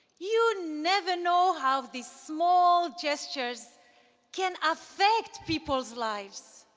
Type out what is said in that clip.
you never know how these small gestures can affect people's lives.